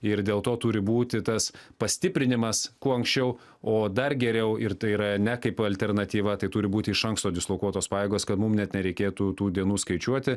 ir dėl to turi būti tas pastiprinimas kuo anksčiau o dar geriau ir tai yra ne kaip alternatyva tai turi būti iš anksto dislokuotos pajėgos kad mum net nereikėtų tų dienų skaičiuoti